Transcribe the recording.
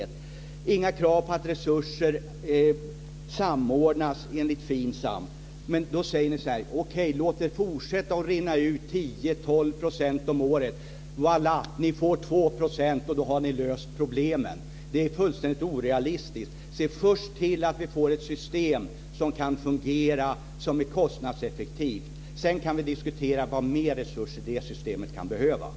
Det ställs inga krav på att resurser samordnas enligt Då säger ni: Låt det fortsätta rinna ut 10 % eller 12 % om året - voilá. Ni får 2 % och då har ni löst problemen. Det är fullständigt orealistiskt. Se först till att vi får ett system som kan fungera och som är kostnadseffektivt. Sedan kan vi diskutera vad det systemet kan behöva för ytterligare resurser.